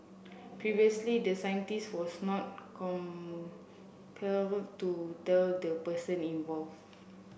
previously the scientist was not compelled to tell the person involve